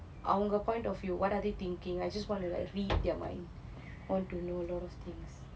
அவங்க:avnga point of view what are they thinking I just want to like read their mind want to know a lot of things